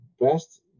best